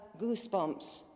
goosebumps